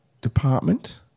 department